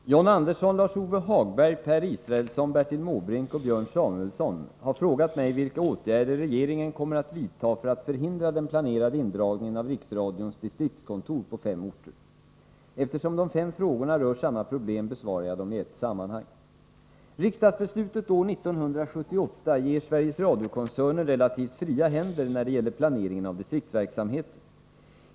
Herr talman! John Andersson, Lars-Ove Hagberg, Per Israelsson, Bertil Måbrink och Björn Samuelson har frågat mig vilka åtgärder regeringen kommer att vidta för att förhindra den planerade indragningen av Riksradions distriktskontor på fem orter. Eftersom de fem frågorna rör samma problem besvarar jag dem i ett sammanhang. Riksdagsbeslutet år 1978 ger Sveriges Radio-koncernen relativt fria händer när det gäller planeringen av distriktsverksamheten.